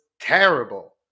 terrible